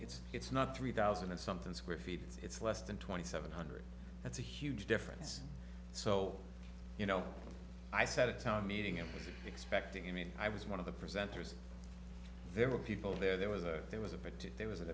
it's it's not three thousand and something square feet it's less than twenty seven hundred that's a huge difference so you know i said a town meeting and expecting i mean i was one of the presenters there were people there there was a there was a pretty there was a